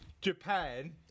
Japan